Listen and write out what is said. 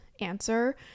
answer